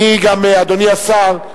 אדוני השר,